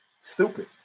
Stupid